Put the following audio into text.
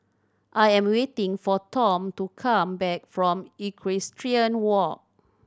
I am waiting for Tom to come back from Equestrian Walk